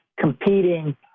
competing